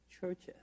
churches